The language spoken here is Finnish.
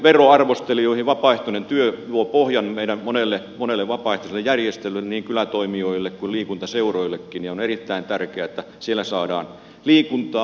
vapaaehtoinen työ luo pohjan meillä monelle vapaaehtoiselle järjestölle niin kylätoimijoille kuin liikuntaseuroillekin ja on erittäin tärkeää että siellä saadaan liikuntaa